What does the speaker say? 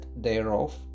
thereof